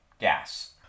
gas